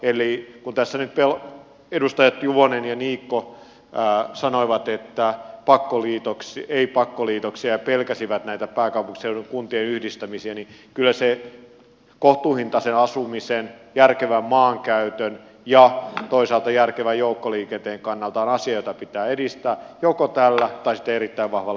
eli kun tässä nyt edustajat juvonen ja niikko sanoivat että ei pakkoliitoksia ja pelkäsivät näitä pääkaupunkiseudun kuntien yhdistämisiä niin kyllä se kohtuuhintaisen asumisen järkevän maankäytön ja toisaalta järkevän joukkoliikenteen kannalta on asia jota pitää edistää joko tällä tai sitten erittäin vahvalla metropolihallinnolla